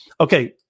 Okay